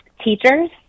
Teachers